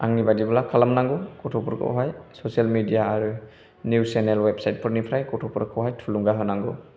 आंनि बादिब्ला खालामनांगौ गथ'फोरखौहाय ससियेल मिडिया आरो निउस सेनेल वेबसाइट फोरनिफ्राय गथ'फोरखौ थुलुंगा होनांगौ